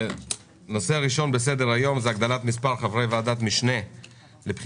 הנושא הראשון על סדר היום: הגדלת מספר חברי ועדת המשנה לבחינת